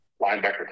linebacker